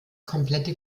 komplette